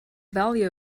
value